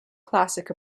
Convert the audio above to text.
classic